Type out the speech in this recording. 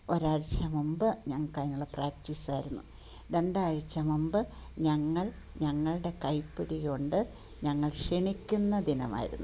ഒരാഴ്ച മുമ്പ് ഞങ്ങൾക്ക് അതിനുള്ള പ്രാക്ടീസ് ആയിരുന്നു രണ്ടാഴ്ച മുമ്പ് ഞങ്ങൾ ഞങ്ങളുടെ കൈപിടി കൊണ്ട് ഞങ്ങൾ ക്ഷണിക്കുന്ന ദിനമായിരുന്നു